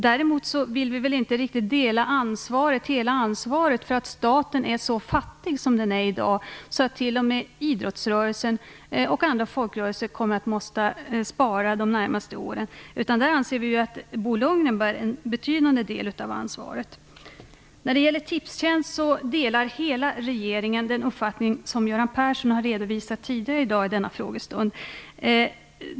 Däremot vill vi inte dela ansvaret för att staten är så fattig som den är i dag - så fattig att t.o.m. idrottsrörelsen och andra folkrörelser måste spara de närmaste åren. Vi anser att Bo Lundgren bär en betydande del av ansvaret för det. När det gäller Tipstjänst delar hela regeringen den uppfattning Göran Persson har redovisat tidigare i dag i denna frågestund.